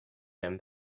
him